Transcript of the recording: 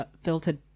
filtered